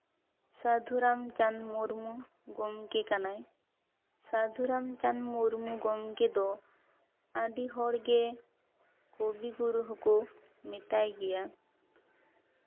ᱥᱟᱹᱫᱷᱩ ᱨᱟᱢᱪᱟᱸᱫᱽ ᱢᱩᱨᱢᱩ ᱜᱚᱢᱠᱮ ᱠᱟᱱᱟᱭ ᱥᱟᱹᱫᱷᱩ ᱨᱟᱢᱪᱟᱸᱫᱽ ᱢᱩᱨᱢᱩ ᱜᱚᱢᱠᱮ ᱫᱚ ᱟᱹᱰᱤ ᱦᱚᱲ ᱜᱮ ᱠᱚᱵᱤᱜᱩᱨᱩ ᱦᱚᱸᱠᱚ ᱢᱮᱛᱟᱭ ᱜᱮᱭᱟ